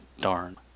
darn